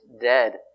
dead